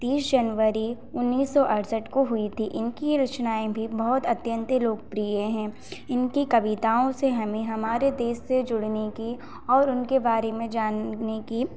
तीस जनवरी उन्नीस सौ अड़सठ को हुई थी इनकी यह रचनाएँ भी बहुत अत्यंत ही लोकप्रिय हैं इनकी कविताओं से हमें हमारे देश से जुड़ने की और उनके बारे में जानने की